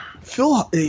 Phil